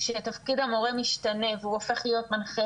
שתפקיד המורה משתנה והוא הופך להיות מנחה